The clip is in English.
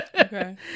Okay